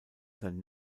sein